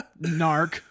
Narc